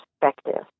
perspective